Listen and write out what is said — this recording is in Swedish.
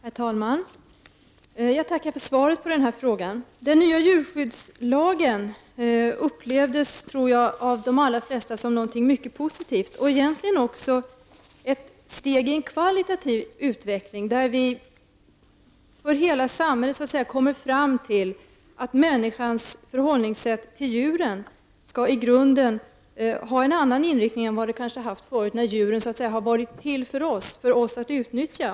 Herr talman! Jag tackar för svaret på frågan. Den nya djurskyddslagen upplevdes av de allra flesta som någonting mycket positivt. Den var egentligen också ett steg i en kvalitativ utveckling där man så att säga för hela samhällets räkning kommit fram till att människans förhållningssätt till djuren i grunden skall ha en annan inriktning än tidigare, då djuren har varit till för oss människor att utnyttja.